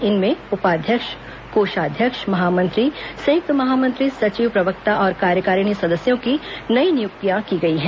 इनमें उपाध्यक्ष कोषाध्यक्ष महामंत्री संयुक्त महामंत्री सचिव प्रवक्ता और कार्यकारिणी सदस्यों की नई नियुक्तियां की गई हैं